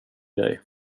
grej